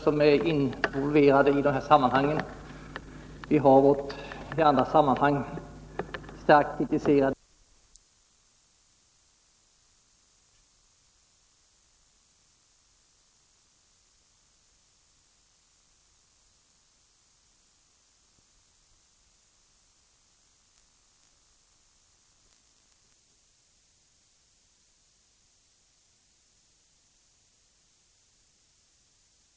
Jag vill därför slutligen fråga om utrikesministern har några synpunkter på förslaget att verka i internationella fora, för att på så sätt förstärka den kritik det är nödvändigt — det anser både utrikesministern och jag — att rikta mot juntan?